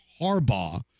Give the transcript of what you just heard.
harbaugh